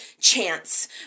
Chance